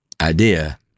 idea